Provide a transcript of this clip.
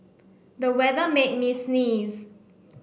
the weather made me sneeze